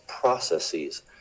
processes